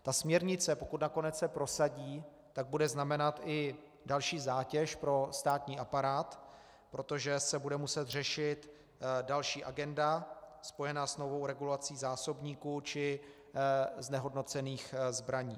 Ta směrnice, pokud nakonec se prosadí, bude znamenat i další zátěž pro státní aparát, protože se bude muset řešit další agenda spojená s novou regulací zásobníků či znehodnocených zbraní.